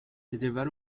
reservar